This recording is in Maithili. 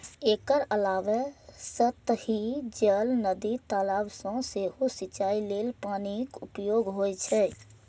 एकर अलावे सतही जल, नदी, तालाब सं सेहो सिंचाइ लेल पानिक उपयोग होइ छै